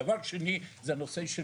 דבר שני זה הנושא של